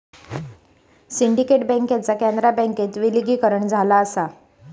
syndicate बँकेचा कॅनरा बँकेत विलीनीकरण झाला असा